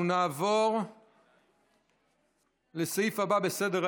חוב' 1466).] אנחנו נעבור לסעיף הבא בסדר-היום,